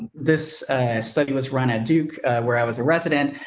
this study was run at duke where i was a resident,